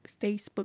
Facebook